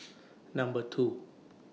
Number two